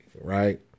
right